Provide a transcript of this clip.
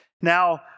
Now